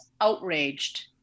outraged